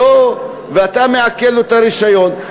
ואתה מעקל לו את הרישיון,